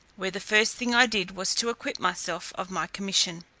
where the first thing i did was to acquit myself of my commission.